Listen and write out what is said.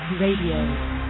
Radio